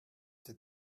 did